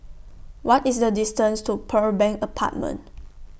What IS The distance to Pearl Bank Apartment